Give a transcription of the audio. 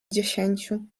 dziesięciu